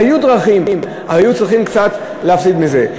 היו דרכים, היו צריכים קצת להפסיד מזה.